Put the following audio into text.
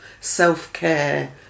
self-care